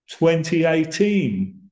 2018